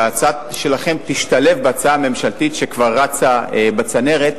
שההצעה שלכם תשתלב בהצעה הממשלתית שכבר רצה בצנרת.